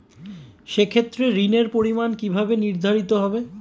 সে ক্ষেত্রে ঋণের পরিমাণ কিভাবে নির্ধারিত হবে?